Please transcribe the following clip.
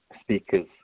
speakers